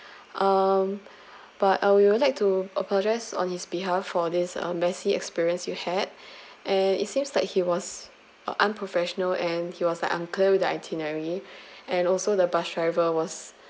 um but I would really like to apologize on his behalf for this uh messy experience you had and it seems like he was uh unprofessional and he was like unclear with the itinerary and also the bus driver was